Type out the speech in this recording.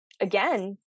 again